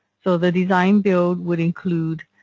so the design build would include